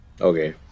Okay